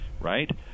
right